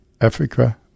Africa